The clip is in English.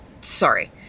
sorry